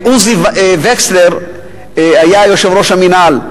עוזי וכסלר היה יושב-ראש המינהל,